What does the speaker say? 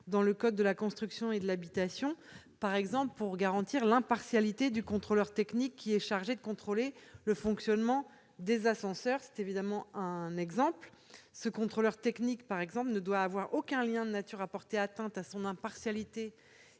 dans le code de la construction et de l'habitation, par exemple pour garantir l'impartialité du contrôleur technique chargé de contrôler le fonctionnement des ascenseurs. Ainsi, ce contrôleur technique ne doit avoir aucun lien de nature à porter atteinte à son impartialité